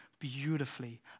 beautifully